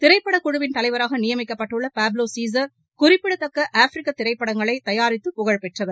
திரைப்படக் குழுவின் தலைவராக நியமிக்கப்பட்டுள்ள பாப்லோ சீன் குறிப்பிடத்தக்க ஆப்ரிக்க திரைப்படங்களை தயாரித்து புகழ்பெற்றராவார்